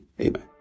Amen